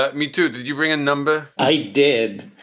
but me, too. did you bring a number? i did.